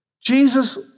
Jesus